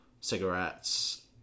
cigarettes